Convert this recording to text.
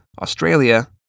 Australia